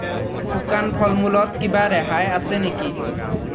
শুকান ফল মূলত কিবা ৰেহাই আছে নেকি